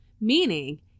Meaning